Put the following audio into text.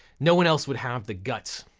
no one else would have the guts